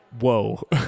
whoa